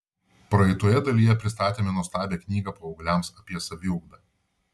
praeitoje dalyje pristatėme nuostabią knygą paaugliams apie saviugdą